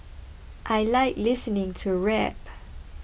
I like listening to rap